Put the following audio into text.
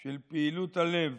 של פעילות הלב